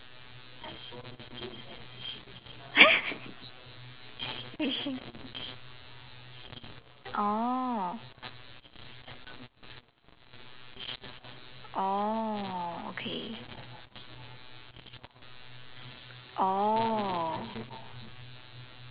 fishing oh oh okay oh